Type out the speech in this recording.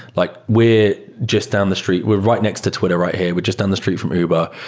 like we're just down the street. we're right next to twitter right here. we're just down the street from uber.